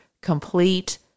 Complete